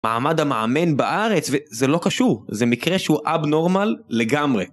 מעמד המאמן בארץ זה לא קשור, זה מקרה שהוא אבנורמל לגמרי.